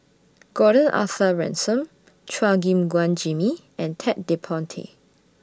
Gordon Arthur Ransome Chua Gim Guan Jimmy and Ted De Ponti